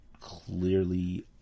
Clearly